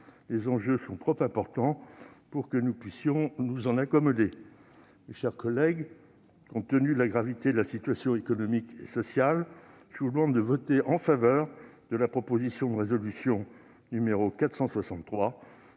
Les enjeux sont trop importants pour que nous puissions nous en accommoder. Mes chers collègues, compte tenu de la gravité de la situation économique et sociale, je vous demande de voter en faveur de la proposition de résolution n° 463